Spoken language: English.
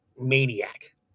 maniac